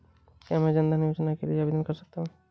क्या मैं जन धन योजना के लिए आवेदन कर सकता हूँ?